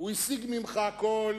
הוא השיג ממך הכול